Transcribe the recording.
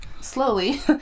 slowly